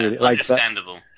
understandable